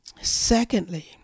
Secondly